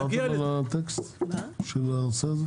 עברנו על הטקסט של הנושא של